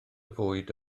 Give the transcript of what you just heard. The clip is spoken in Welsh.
fwyd